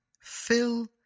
fill